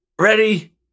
Ready